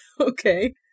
Okay